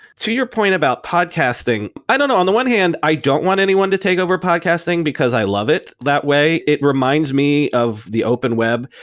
to your point about podcasting, i don't know. on the one hand, i don't want anyone to take over podcasting, because i love it that way. it reminds me of the open web.